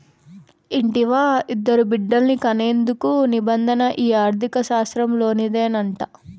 ఇంటివా, ఇద్దరు బిడ్డల్ని కనేందుకు నిబంధన ఈ ఆర్థిక శాస్త్రంలోనిదేనంట